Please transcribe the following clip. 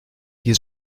die